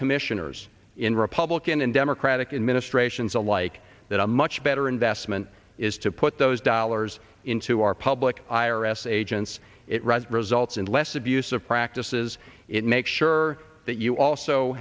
commissioners in republican and democratic administrations alike that a much better investment is to put those dollars into our public i r s agents it results in less abusive practices it makes sure that you also